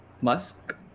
Musk